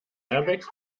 airbags